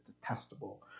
detestable